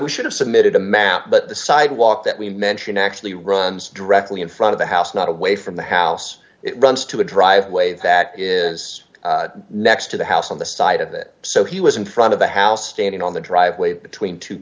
unfortunately should've submitted a map but the sidewalk that we mention actually runs directly in front of the house not away from the house it runs to a driveway that is next to the house on the side of it so he was in front of the house standing on the driveway between two